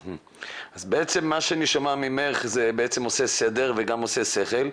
אז מה שאני שומע ממך עושה סדר וגם עושה שכל,